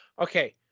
okay